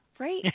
Right